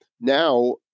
Now